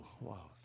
wow